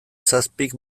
zazpik